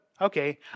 Okay